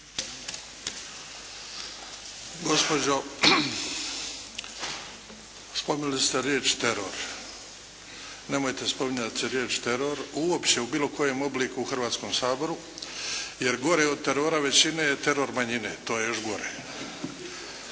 Gospođo, spomenuli ste riječ teror. Nemojte spominjati riječ teror uopće u bilo kojem obliku u Hrvatskom saboru, jer gori od terora većine je teror manjine, to je još gore.